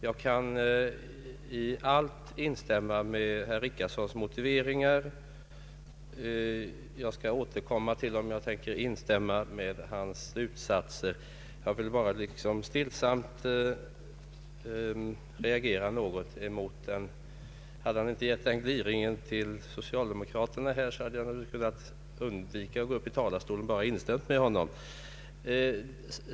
Jag kan i allt instämma i herr Richardsons motiveringar, men jag skall återkomma till om jag kan instämma i hans slutsatser. Jag vill bara stillsamt reagera något emot den gliring herr Richardson gav socialdemokraterna. Hade han inte gett oss den, hade jag inte behövt gå upp i talarstolen utan bara kunnat instämma i vad han sade.